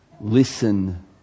listen